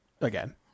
Again